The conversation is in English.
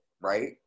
Right